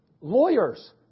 lawyers